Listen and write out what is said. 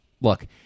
Look